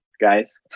guys